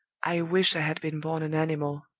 i wish i had been born an animal.